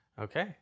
Okay